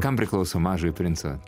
kam priklauso mažojo princo